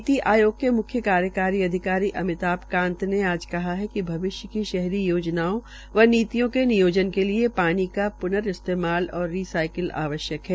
नीति आयोग के म्ख्य कार्यकारी अधिकारी अमिताभ कांत ने आज कहा है कि भविष्य की शहरी योजनाओं व नीतियों के नियोजन के लिये प्र्न इस्तेमाल और रिसाईकल आवश्यक है